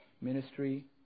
ministry